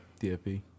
DFP